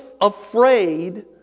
afraid